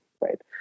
Right